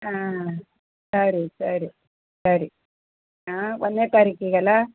ಹಾಂ ಸರಿ ಸರಿ ಸರಿ ಆಂ ಒಂದನೇ ತಾರೀಕಿಗಲಾ